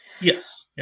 Yes